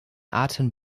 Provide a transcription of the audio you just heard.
arten